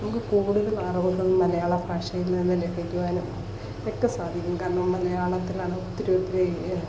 നമുക്ക് കൂടുതൽ അറിവുകൾ മലയാള ഭാഷയിൽ നിന്നു ലഭിക്കുവാനും ഒക്കെ സാധിക്കും കാരണം മലയാളത്തിലാണ് ഒത്തിരി ഒത്തിരി